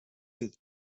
with